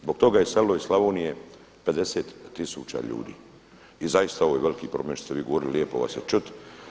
Zbog toga je iselilo iz Slavonije 50000 ljudi i zaista ovo je veliki problem što ste vi govorili, lijepo vas je čuti.